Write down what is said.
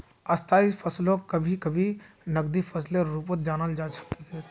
स्थायी फसलक कभी कभी नकदी फसलेर रूपत जानाल जा छेक